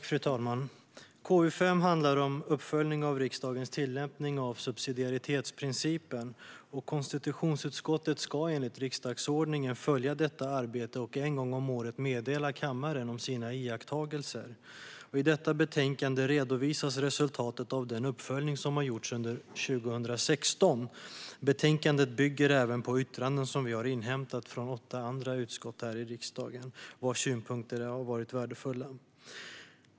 Fru talman! Konstitutionsutskottet ska enligt riksdagsordningen följa detta arbete och en gång om året meddela kammaren sina iakttagelser. I detta betänkande redovisas resultatet av den uppföljning som har gjorts under 2016. Betänkandet bygger även på yttranden som vi har inhämtat från åtta andra utskott här i riksdagen, vars synpunkter har varit värdefulla.